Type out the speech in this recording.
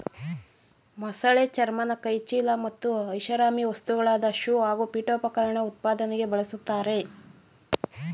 ಮೊಸಳೆ ಚರ್ಮನ ಕೈಚೀಲ ಮತ್ತು ಐಷಾರಾಮಿ ವಸ್ತುಗಳಾದ ಶೂ ಹಾಗೂ ಪೀಠೋಪಕರಣ ಉತ್ಪಾದನೆಗೆ ಬಳುಸ್ತರೆ